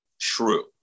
true